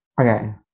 okay